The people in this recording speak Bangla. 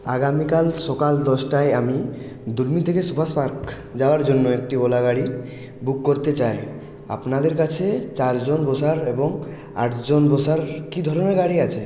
আগামীকাল সকাল দশটায় আমি দুলমি থেকে সুভাষ পার্ক যাওয়ার জন্য একটি ওলা গাড়ি বুক করতে চাই আপনাদের কাছে চারজন বসার এবং আটজন বসার কী ধরনের গাড়ি আছে